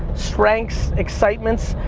strengths, excitements.